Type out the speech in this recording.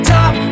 Top